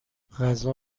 غذا